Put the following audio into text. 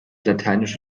lateinisch